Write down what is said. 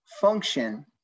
function